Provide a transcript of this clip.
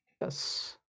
Yes